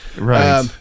right